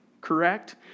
correct